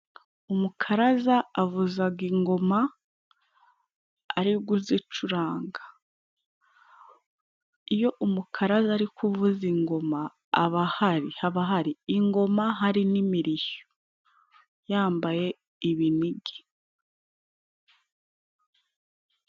Umukaraza avuzaga ingoma ari guzicuranga. Iyo umukaraza ari kuvuza ingoma, aba hari, haba hari ingoma hari n'imirishyo, yambaye ibinigi.